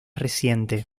reciente